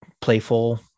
playful